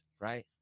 right